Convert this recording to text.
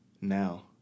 Now